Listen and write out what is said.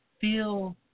feel